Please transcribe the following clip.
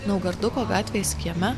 naugarduko gatvės kieme